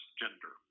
gender